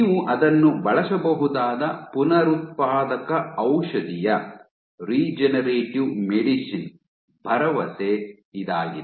ನೀವು ಅದನ್ನು ಬಳಸಬಹುದಾದ ಪುನರುತ್ಪಾದಕ ಔಷಧಿಯ ಭರವಸೆ ಇದಾಗಿದೆ